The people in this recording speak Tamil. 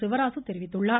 சிவராசு தெரிவித்துள்ளார்